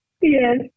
Yes